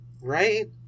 Right